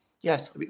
Yes